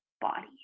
body